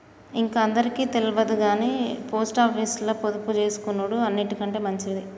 ఇంక అందరికి తెల్వదుగని పోస్టాపీసుల పొదుపుజేసుకునుడు అన్నిటికంటె మంచిది